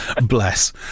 bless